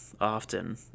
often